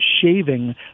shaving